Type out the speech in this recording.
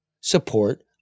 support